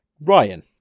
Ryan